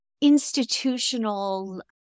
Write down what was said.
institutional